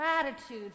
gratitude